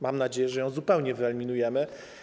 Mam nadzieję, że ją zupełnie wyeliminujemy.